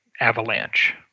avalanche